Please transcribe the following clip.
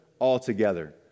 altogether